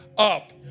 up